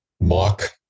mock